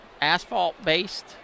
asphalt-based